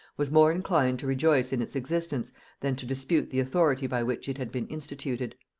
was more inclined to rejoice in its existence than to dispute the authority by which it had been instituted.